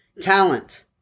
talent